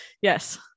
Yes